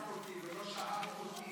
מייד תקפת אותי ולא שאלת אותי,